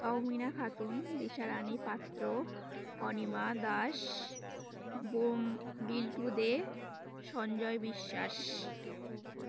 Tahmina Khatun Disharani Patra Anima Das Bom Biltu De Sanjay Biswas